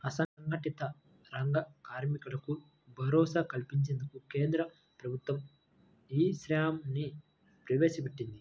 అసంఘటిత రంగ కార్మికులకు భరోసా కల్పించేందుకు కేంద్ర ప్రభుత్వం ఈ శ్రమ్ ని ప్రవేశపెట్టింది